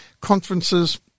conferences